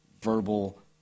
verbal